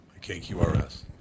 KQRS